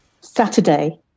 Saturday